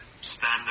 spend